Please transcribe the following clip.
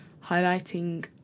highlighting